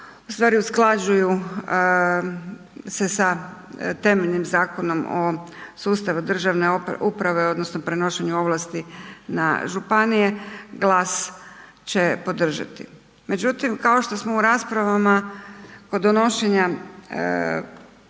u stvari usklađuju se sa temeljnim Zakonom o sustavu državne uprave odnosno prenošenju ovlasti na županije, GLAS će podržati. Međutim, kao što smo u raspravama kod donošenja